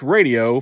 Radio